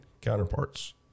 counterparts